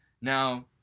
Now